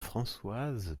françoise